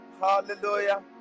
Hallelujah